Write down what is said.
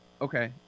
Okay